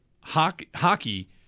hockey